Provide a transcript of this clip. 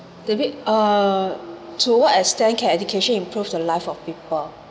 david uh to what extent can education improve the lives of people